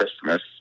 Christmas